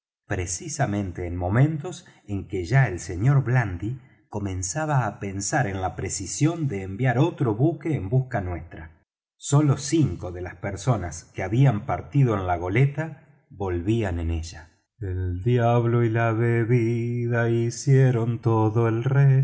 precisamente en momentos en que ya el sr blandy comenzaba á pensar en la precisión de enviar otro buque en busca nuestra sólo cinco de las personas que habían partido en la goleta volvían en ella el diablo y la bebida